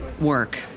work